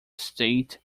estate